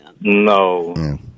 No